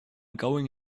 going